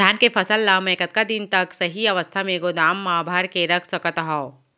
धान के फसल ला मै कतका दिन तक सही अवस्था में गोदाम मा भर के रख सकत हव?